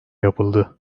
yapıldı